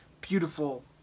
beautiful